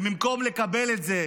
ובמקום לקבל את זה,